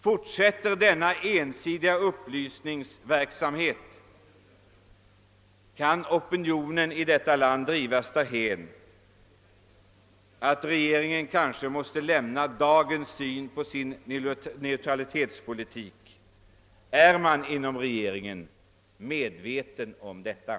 Fortsätter denna ensidiga upplysningsverksamhet kan opinionen i detta land drivas därhän att regeringen kanske måste överge dagens syn på neutralitetspolitiken. Är man inom regeringen medveten härom?